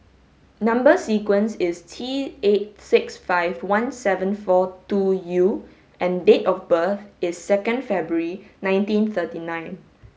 number sequence is T eight six five one seven four two U and date of birth is second February nineteen thirty nine